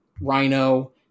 Rhino